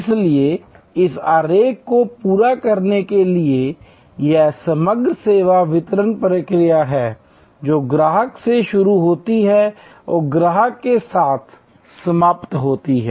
इसलिए इस आरेख को पूरा करने के लिए यह समग्र सेवा वितरण प्रक्रिया है जो ग्राहक से शुरू होती है और ग्राहक के साथ समाप्त होती है